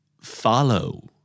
Follow